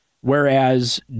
Whereas